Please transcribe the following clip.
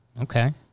Okay